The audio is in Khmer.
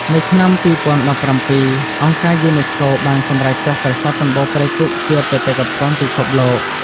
នៅឆ្នាំ ២០១៧ អង្គការយូណេស្កូបានសម្រេចចុះប្រាសាទសំបូរព្រៃគុកជាបេតិកភណ្ឌពិភពលោក។